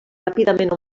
ràpidament